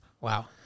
Wow